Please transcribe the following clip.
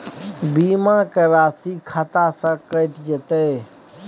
बीमा के राशि खाता से कैट जेतै?